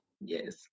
Yes